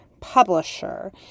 publisher